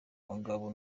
mugabo